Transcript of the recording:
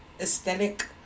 aesthetic